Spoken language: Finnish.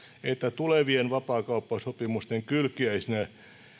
että tulevien vapaakauppasopimusten kylkiäisinä